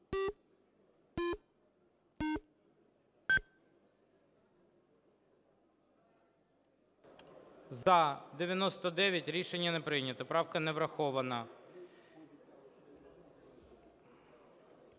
За-99 Рішення не прийнято, правка не врахована.